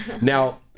Now